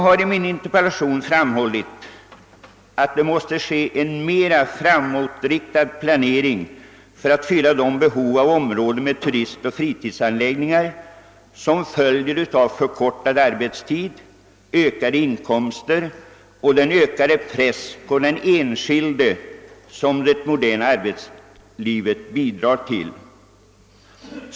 I min interpellation har jag framhållit att det måste bli en mera framåtriktad planering för att fylla det behov av områden med turistoch fritidsanläggningar som följer av förkortad arbetstid, ökade inkomster och den större press på den enskilde som det moderna arbetslivet bidrar till.